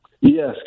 Yes